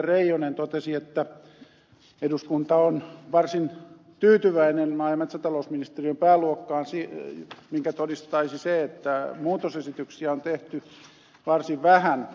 reijonen totesi että eduskunta on varsin tyytyväinen maa ja metsätalousministeriön pääluokkaan minkä todistaisi se että muutosesityksiä on tehty varsin vähän